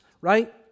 right